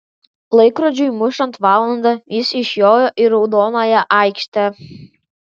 laikrodžiui mušant valandą jis išjojo į raudonąją aikštę